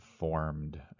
Formed